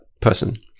person